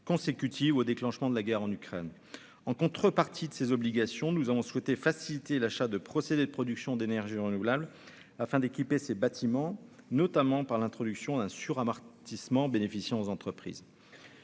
consécutives au déclenchement de la guerre en Ukraine, en contrepartie de ses obligations : nous avons souhaité faciliter l'achat de procédés de production d'énergie renouvelable afin d'équiper ses bâtiments, notamment par l'introduction d'un sur-amortissement bénéficiant aux entreprises,